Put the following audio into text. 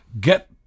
get